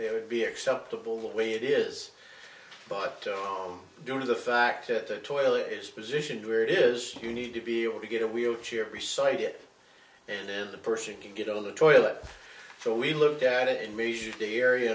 it would be acceptable the way it is but due to the fact that the toilet is positioned where it is you need to be able to get a wheelchair beside it and then the person can get on the toilet so we looked at it and measured a area